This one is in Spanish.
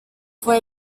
fue